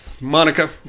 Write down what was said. Monica